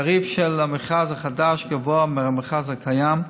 התעריף של המכרז החדש גבוה מהמכרז הקיים,